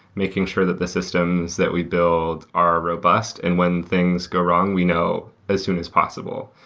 making sure that the systems that we build are robust, and when things go wrong we know as soon as possible.